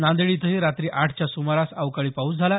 नांदेड इथही रात्री आठच्या सुमारास अवकाळी पाऊस झाला